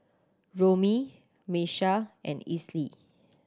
Romie Miesha and Esley